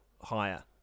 higher